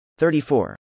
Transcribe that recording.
34